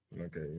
Okay